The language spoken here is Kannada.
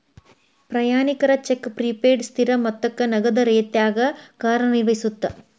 ಪ್ರಯಾಣಿಕರ ಚೆಕ್ ಪ್ರಿಪೇಯ್ಡ್ ಸ್ಥಿರ ಮೊತ್ತಕ್ಕ ನಗದ ರೇತ್ಯಾಗ ಕಾರ್ಯನಿರ್ವಹಿಸತ್ತ